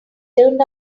turned